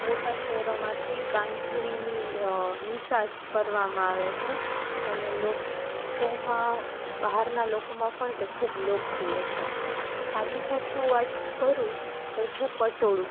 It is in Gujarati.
મોટા શહેરોમાંથી બાંધણીની નિકાસ કરવામાં આવે છે અને લોકોમાં બહારનાં લોકોમાં પણ તે ખૂબ લોકપ્રિય છે આની સાથે હું વાત કરું તો છે પટોળું